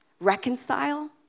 reconcile